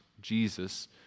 Jesus